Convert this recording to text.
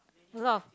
a lot